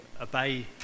obey